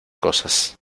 cosas